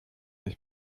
ist